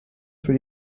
für